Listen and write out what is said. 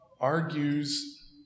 argues